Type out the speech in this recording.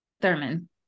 Thurman